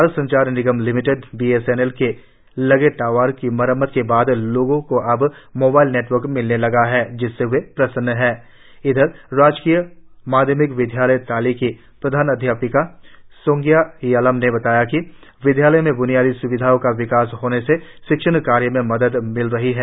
Bharat Sanchar Nigam limited B S N L के लगे tower की मरम्मत के बाद लोगों को अब मोबाईल नेटवर्क मिलने लगा है जिससे वे प्रसन्न हैं इधर राजकीय माध्यमिक विद्यालय ताली की प्रधानाध्यापिका सोंगिया यालम ने बताया कि विद्यालय में ब्नियादी स्विधाओं का विकास होने से शिक्षण कार्य में मदद मिल रही है